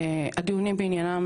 הדיונים בעניינם,